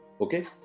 Okay